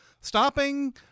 stopping